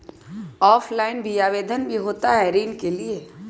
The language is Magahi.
ऑफलाइन भी आवेदन भी होता है ऋण के लिए?